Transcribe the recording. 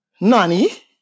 Nani